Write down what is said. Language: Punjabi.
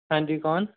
ਹਾਂਜੀ ਕੋਣ